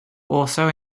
also